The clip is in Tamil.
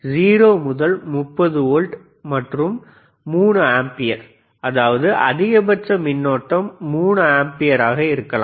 0 முதல் 30 வோல்ட் மற்றும் 3 ஆம்பியர் அதாவது அதிகபட்ச மின்னோட்டம் 3 ஆம்பியர் ஆக இருக்கலாம்